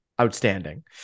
outstanding